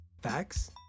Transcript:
facts